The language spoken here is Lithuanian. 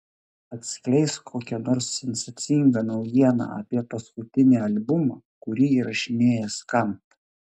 atskleisk kokią nors sensacingą naujieną apie paskutinį albumą kurį įrašinėja skamp